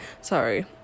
sorry